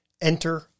Enter